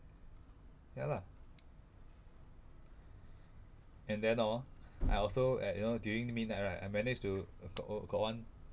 ya lah and then orh I also at you know during the midnight right I managed to got got one